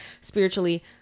spiritually